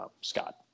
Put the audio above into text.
Scott